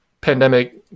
pandemic